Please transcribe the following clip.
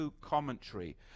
Commentary